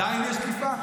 עדיין יש דליפה?